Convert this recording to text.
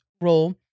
role